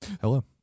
Hello